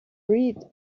read